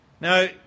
Now